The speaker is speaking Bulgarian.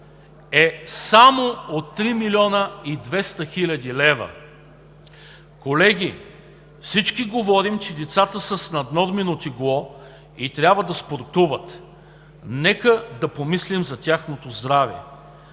е само от 3200 млн. лв. Колеги, всички говорим, че децата са с наднормено тегло и трябва да спортуват. Нека да помислим за тяхното здраве.